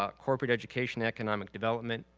ah corporate education, economic development,